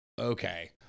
Okay